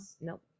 Nope